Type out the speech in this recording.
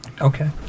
okay